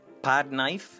Podknife